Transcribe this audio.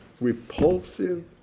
repulsive